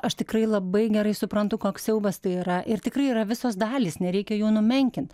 aš tikrai labai gerai suprantu koks siaubas tai yra ir tikrai yra visos dalys nereikia jų numenkint